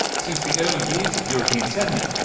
since the early years of european settlement,